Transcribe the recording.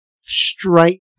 straight